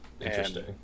Interesting